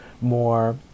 more